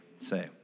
say